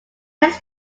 next